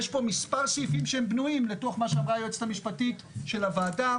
יש פה מספר סעיפים שהם בנויים לתוך מה שאמרה היועצת המשפטית של הוועדה.